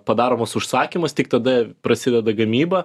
padaromas užsakymas tik tada prasideda gamyba